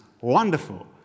wonderful